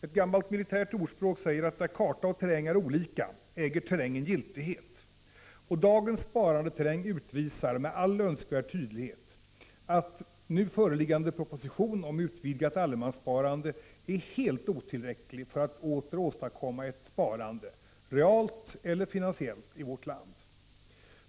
Ett gammalt militärt talessätt säger att där karta och terräng är olika äger terrängen giltighet, och dagens ”sparandeterräng” utvisar med all önskvärd tydlighet att nu föreliggande proposition om utvidgat allemanssparande är helt otillräcklig för att åter åstadkomma ett sparande — realt eller finansiellt — i vårt land.